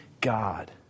God